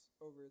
over